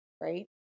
right